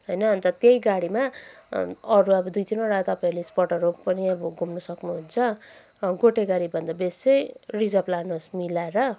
होइन अन्त त्यही गाडीमा अरू अब दुई तिनवटा तपाईँहरूले स्पटहरू पनि अब घुम्नु सक्नुहुन्छ गोटे गाडीहरूभन्दा बेस चाहिँ रिजर्भ लानुहोस् मिलाएर